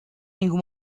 ningún